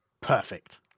Perfect